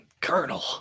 Colonel